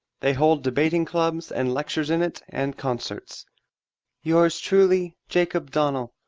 they hold debating clubs and lectures in it and concerts yours truly, jacob donnell.